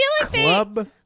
club